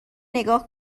نگاه